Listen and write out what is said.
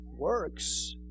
works